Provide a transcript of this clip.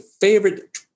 favorite